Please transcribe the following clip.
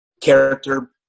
character